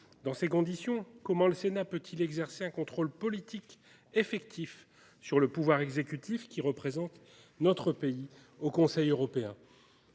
Dans ces conditions, comment le Sénat peut-il exercer un contrôle politique effectif sur le pouvoir exécutif qui représente notre pays au Conseil européen ?